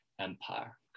Empire